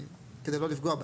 כדי לא לפגוע בהן.